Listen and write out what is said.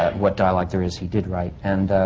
what dialogue there is, he did write. and.